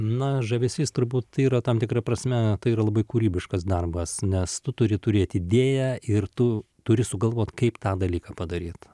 na žavesys turbūt yra tam tikra prasme tai yra labai kūrybiškas darbas nes tu turi turėt idėją ir tu turi sugalvot kaip tą dalyką padaryt